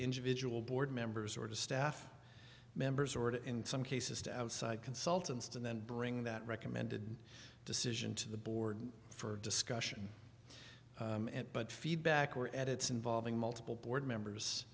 individual board members or to staff members or to in some cases to outside consultants and then bring that recommended decision to the board for discussion but feedback or edits involving multiple board